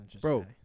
Bro